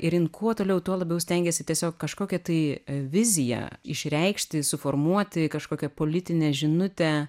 ir jin kuo toliau tuo labiau stengėsi tiesiog kažkokią tai viziją išreikšti suformuoti kažkokią politinę žinutę